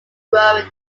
growing